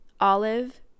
olive